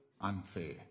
unfair